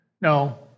No